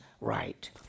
right